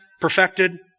perfected